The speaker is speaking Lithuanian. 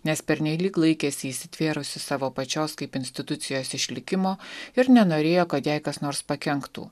nes pernelyg laikėsi įsitvėrusi savo pačios kaip institucijos išlikimo ir nenorėjo kad jai kas nors pakenktų